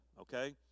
Okay